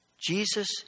Jesus